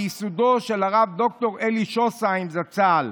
מייסודו של הרב ד"ר אלי שוסהיים זצ"ל.